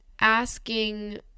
asking